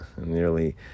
nearly